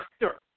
doctor